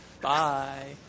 Bye